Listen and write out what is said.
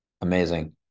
Amazing